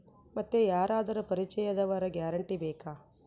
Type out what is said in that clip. ಮತ್ತೆ ಯಾರಾದರೂ ಪರಿಚಯದವರ ಗ್ಯಾರಂಟಿ ಬೇಕಾ?